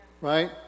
Right